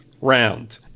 round